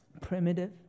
primitive